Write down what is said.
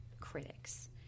critics